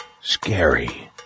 scary